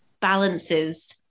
balances